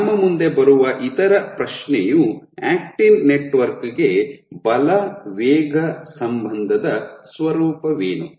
ನಮ್ಮ ಮುಂದೆ ಬರುವ ಇತರ ಪ್ರಶ್ನೆಯು ಆಕ್ಟಿನ್ ನೆಟ್ವರ್ಕ್ ಗೆ ಬಲ ವೇಗ ಸಂಬಂಧದ ಸ್ವರೂಪವೇನು